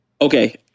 Okay